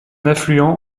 affluent